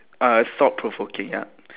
uh thought provoking ya